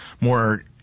more